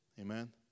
Amen